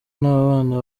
n’abana